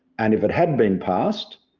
and if it had been passed,